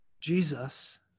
Jesus